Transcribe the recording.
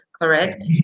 correct